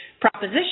proposition